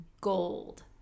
gold